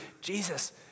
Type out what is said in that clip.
Jesus